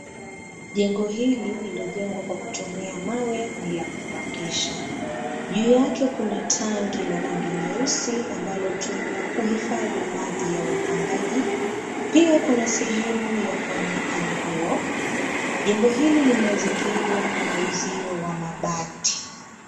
Jengo hili lililojengwa kwa kutumia mawe ni la kupangisha. Juu yake kuna tangi la rangi nyeusi ambalo hutumiwa kuhifadhi maji ya wapangaji, pa kuna sehemu ya kuanika nguo. Jengo hili limezingirwa na uzio wa mabati.